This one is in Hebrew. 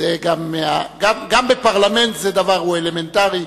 גם בפרלמנט זה דבר שהוא אלמנטרי,